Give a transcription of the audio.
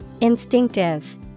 Instinctive